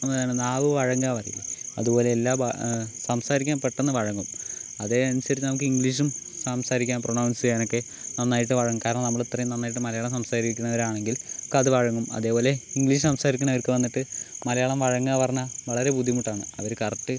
നാവ് വഴങ്ങുക പറയും അതുപോലെ എല്ലാ സംസാരിക്കാൻ പെട്ടെന്ന് വഴങ്ങും അതിനനുസരിച്ച് നമുക്ക് ഇംഗ്ലീഷും സംസാരിക്കാൻ പ്രൊനൗൺസ് ചെയ്യാൻ ഒക്കെ നന്നായിട്ട് വഴങ്ങും കാരണം നമ്മൾ അത്രയും നന്നായിട്ട് മലയാളം സംസാരിക്കുന്നവരാണെങ്കിൽ നമുക്കത് വഴങ്ങും അതേപോലെ ഇംഗ്ലീഷ് സംസാരിക്കണവർക്ക് വന്നിട്ട് മലയാളം വഴങ്ങുക പറഞ്ഞാൽ വളരെ ബുദ്ധിമുട്ടാണ് അവർ കറക്ട്